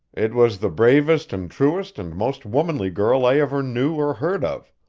it was the bravest and truest and most womanly girl i ever knew or heard of.